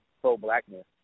pro-blackness